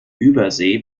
übersee